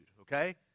okay